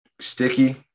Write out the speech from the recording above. sticky